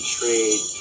trade